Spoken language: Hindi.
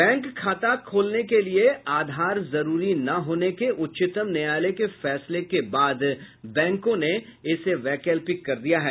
बैंक खाता खोलने के लिए आधार जरूरी न होने के उच्चतम न्यायालय के फैसले के बाद बैंकों ने इसे वैकल्पिक कर दिया है